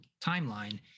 timeline